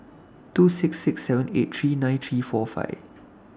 two six six seven eight three nine three four five